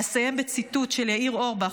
אסיים בציטוט של יאיר אורבך,